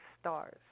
stars